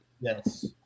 Yes